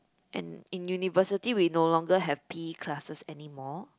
and in university we no longer have P_E classes anymore